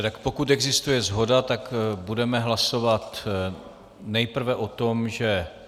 Tak pokud existuje shoda, tak budeme hlasovat nejprve o tom, že...